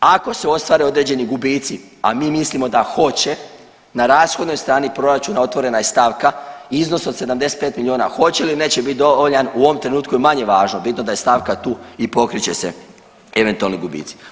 Ako se ostvare određeni gubici, a mi mislimo da hoće, na rashodovnoj strani proračuna otvorena je stavka, iznos od 75 milijuna, hoće li ili neće biti dovoljan, u ovome trenutno je manje važno, bitno da je stavka tu i pokrit će se eventualni gubici.